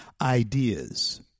ideas